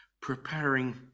preparing